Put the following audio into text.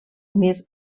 mir